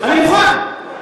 אני מוכן.